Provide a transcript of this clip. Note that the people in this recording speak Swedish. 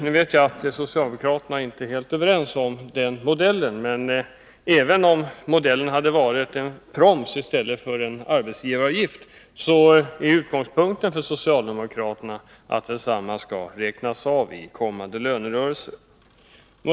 Jag vet att socialdemokraterna inte är helt överens om den modellen, men även om modellen i stället hade varit en proms, är socialdemokraternas utgångspunkt att kostnaden skall räknas av i lönerörelsen.